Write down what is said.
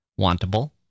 wantable